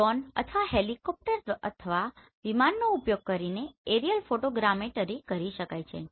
drone અથવા helicopter અથવા વિમાનનો ઉપયોગ કરીને એરિયલ ફોટોગ્રામેટરી કરી શકાય છે